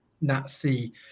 Nazi